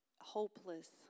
hopeless